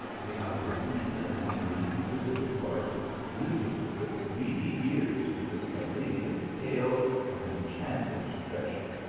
the alguazil, and the inquisitive barber listened with greedy ears to this arabian tale of enchanted treasure.